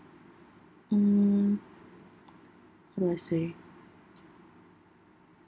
mm how do I say